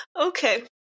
Okay